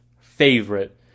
favorite